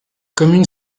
commune